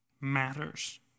matters